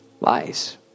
lies